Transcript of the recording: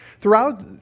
Throughout